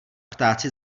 ptáci